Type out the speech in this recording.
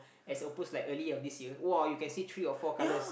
as opposed like early of this year !wah! you can see three or four colours